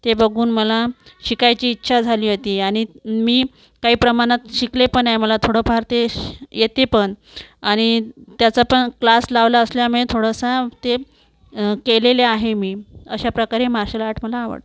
ते बघून मला शिकायची इच्छा झाली होती आणि मी काही प्रमाणात शिकले पण आहे मला थोडंफार ते शी येते पण आणि त्याचा पण क्लास लावला असल्यामुळे थोडंसं ते केलेले आहे मी अशाप्रकारे मार्शल आर्ट मला आवडते